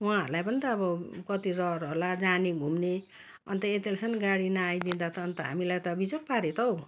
उहाँहरूलाई पनि त अब कति रहर होला जाने घुम्ने अन्त यति बेलासम्म गाडी नआइदिँदा त हामीलाई त बिजोग पाऱ्यो त हौ